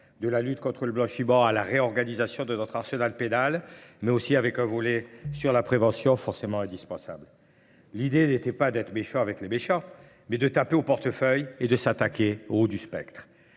de la lutte contre le blanchibar à la réorganisation de notre arsenal pédale, mais aussi avec un volet sur la prévention forcément indispensable. L'idée n'était pas d'être méchant avec les méchants, mais de taper au portefeuille et de s'attaquer au haut du spectre.